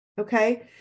Okay